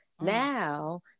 Now